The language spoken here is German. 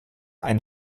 ein